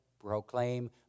proclaim